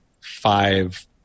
five